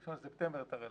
ב-1 בספטמבר,